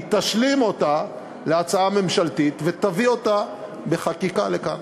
היא תשלים אותה להצעה ממשלתית ותביא אותה בחקיקה לכאן.